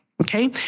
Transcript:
Okay